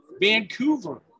Vancouver